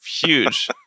huge